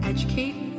Educate